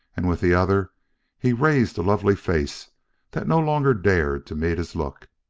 and with the other he raised a lovely face that no longer dared to meet his look.